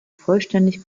vollständig